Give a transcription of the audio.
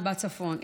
בצפון.